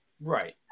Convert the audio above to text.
Right